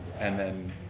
and then,